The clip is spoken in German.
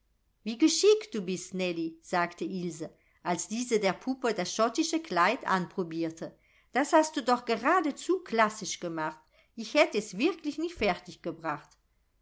wie geschickt du bist nellie sagte ilse als diese der puppe das schottische kleid anprobierte das hast du doch geradezu klassisch gemacht ich hätte es wirklich nicht fertig